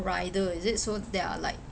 rider is it so they are like